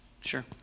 Sure